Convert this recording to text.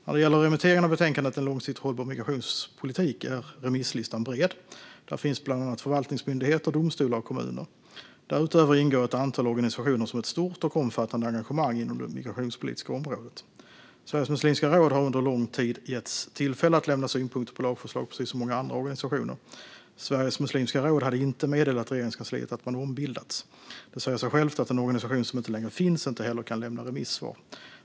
När det gäller remitteringen av betänkandet En långsiktigt hållbar mi grationspolitik är remisslistan bred. Där finns bland annat förvaltningsmyndigheter, domstolar och kommuner. Därutöver ingår ett antal organisationer som har ett stort och omfattande engagemang inom det migrationspolitiska området. Sveriges muslimska råd har under lång tid getts tillfälle att lämna synpunkter på lagförslag, precis som många andra organisationer. Sveriges muslimska råd hade inte meddelat Regeringskansliet att man ombildats. Det säger sig självt att en organisation som inte längre finns inte heller kan lämna remissvar.